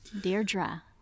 Deirdre